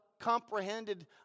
comprehended